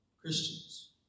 Christians